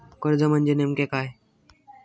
कर्ज म्हणजे नेमक्या काय?